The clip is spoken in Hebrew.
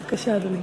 בבקשה, אדוני.